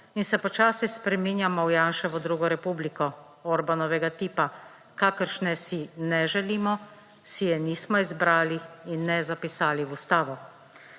in se počasi spreminjamo v Janševo drugo republiko Orbanovega tipa, kakršne si ne želimo, si je nismo izbrali in ne zapisali v Ustavo.